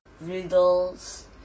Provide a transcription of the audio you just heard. riddles